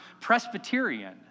Presbyterian